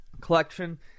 collection